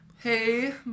Hey